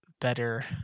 better